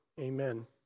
Amen